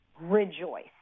rejoice